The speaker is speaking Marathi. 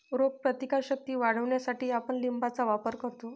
रोगप्रतिकारक शक्ती वाढवण्यासाठीही आपण लिंबाचा वापर करतो